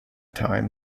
time